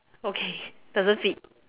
okay doesn't fit